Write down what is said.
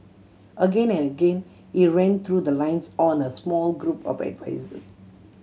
again and again he ran through the lines on a small group of advisers